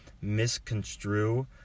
misconstrue